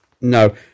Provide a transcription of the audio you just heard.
no